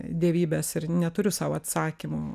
dievybės ir neturiu sau atsakymų